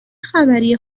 خبر